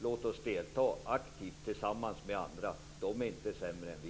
Låt oss delta aktivt tillsammans med andra. De är inte sämre än vi.